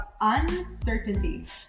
uncertainty